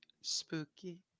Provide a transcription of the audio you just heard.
spooky